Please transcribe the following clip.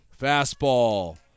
Fastball